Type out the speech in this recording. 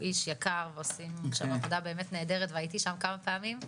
הוא איש יקר ועושים שם עבודה נהדרת והייתי שם כמה פעמים,